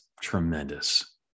tremendous